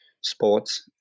sports